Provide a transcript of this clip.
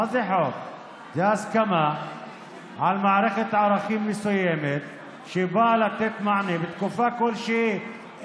זה הסכמה על מערכת ערכים מסוימת שבאה לתת מענה לתקופה כלשהי.